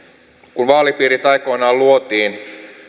kun vaalipiirit aikoinaan luotiin